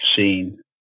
seen